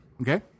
Okay